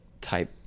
type